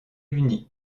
uni